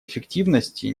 эффективности